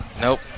Nope